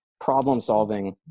problem-solving